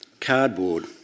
cardboard